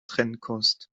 trennkost